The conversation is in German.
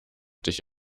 dich